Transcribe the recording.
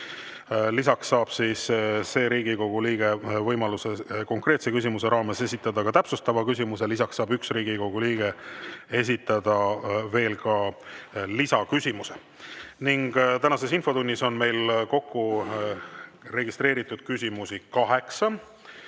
Lisaks saab see Riigikogu liige võimaluse konkreetse küsimuse raames esitada täpsustava küsimuse. Ja üks Riigikogu liige saab esitada veel ka lisaküsimuse. Tänases infotunnis on meil registreeritud küsimusi kaheksa.